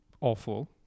awful